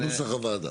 נוסח הוועדה.